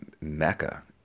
Mecca